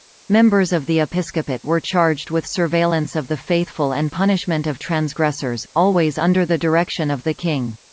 members of the episcopate were charged with surveillance of the faithful and punishment of transgressors, always under the direction of the king.